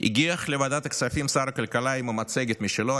הגיח לוועדת הכספים שר הכלכלה עם מצגת משלו,